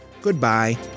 goodbye